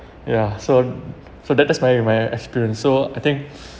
ya so so that that's my my experience so I think